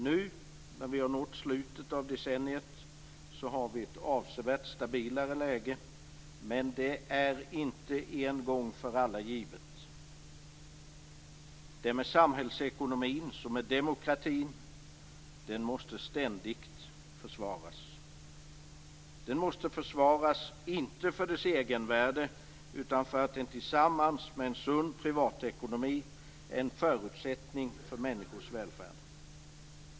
Nu när vi nått slutet av decenniet har vi ett avsevärt stabilare läge, men det är inte en gång för alla givet. Det är med samhällsekonomin som med demokratin - den måste ständigt försvaras. Den måste försvaras - inte för dess egenvärde utan för att den tillsammans med en sund privatekonomi är en förutsättning för människors välfärd.